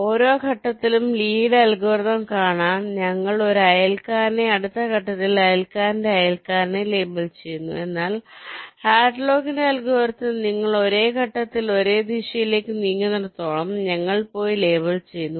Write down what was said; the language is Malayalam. ഓരോ ഘട്ടത്തിലും ലീയുടെ അൽഗോരിതംLee's algorithm കാണാൻ ഞങ്ങൾ ഒരു അയൽക്കാരനെ അടുത്ത ഘട്ടത്തിൽ അയൽക്കാരന്റെ അയൽക്കാരനെ ലേബൽ ചെയ്യുന്നു എന്നാൽ ഹാഡ്ലോക്കിന്റെ അൽഗോരിതത്തിൽHadlock's algorithm നിങ്ങൾ ഒരേ ഘട്ടത്തിൽ ഒരേ ദിശയിലേക്ക് നീങ്ങുന്നിടത്തോളം ഞങ്ങൾ പോയി ലേബൽ ചെയ്യുന്നു